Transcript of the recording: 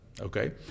okay